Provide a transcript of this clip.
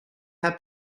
herr